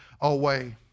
away